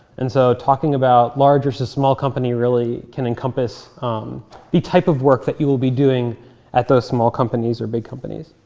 and so talking about largest to small company really can encompass the type of work that you will be doing at those small companies or big companies.